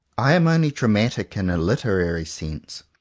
i am only dramatic in a literary sense,